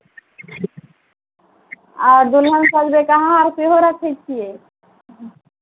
आ दुलहन सभ जे सेहो रखै छियै